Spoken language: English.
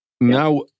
Now